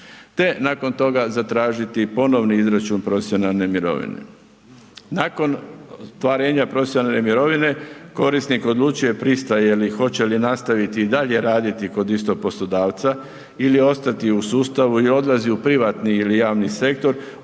te nakon toga zatražiti ponovni izračun profesionalne mirovine. Nakon ostvarenja profesionalne mirovine korisnik odlučuje pristaje li hoće li nastaviti i dalje raditi kod istog poslodavca ili ostati u sustavu i odlazi u privatni ili javni sektor